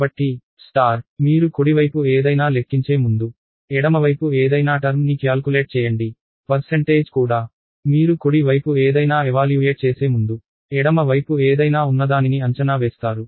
కాబట్టి స్టార్ మీరు కుడివైపు ఏదైనా లెక్కించే ముందు ఎడమవైపు ఏదైనా టర్మ్ ని క్యాల్కులేట్ చేయండి పర్సెంటేజ్ కూడా మీరు కుడి వైపు ఏదైనా ఎవాల్యూయేట్ చేసే ముందు ఎడమ వైపు ఏదైనా ఉన్నదానిని అంచనా వేస్తారు